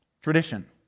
Tradition